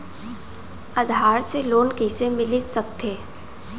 आधार से लोन कइसे मिलिस सकथे?